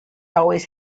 always